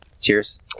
Cheers